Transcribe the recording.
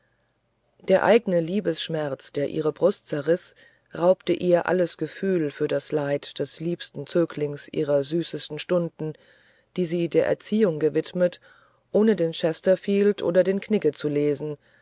der eigne liebesschmerz der ihre brust zerriß raubte ihr alles gefühl für das leid des liebsten zöglings ihrer süßesten stunden die sie der erziehung gewidmet ohne den chesterfield oder den knigge zu lesen